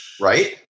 Right